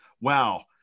Wow